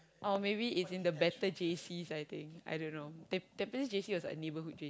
or maybe it's in the better J_Cs I think I don't know tamp~ Tampines J_C was a neighbourhood J_C